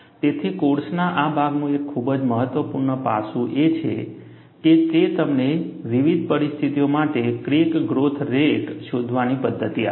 તેથી કોર્સના આ ભાગનું એક ખૂબ જ મહત્વપૂર્ણ પાસું એ છે કે તે તમને વિવિધ પરિસ્થિતિઓ માટે ક્રેક ગ્રોથ રેટ શોધવાની પદ્ધતિ આપે છે